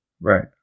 Right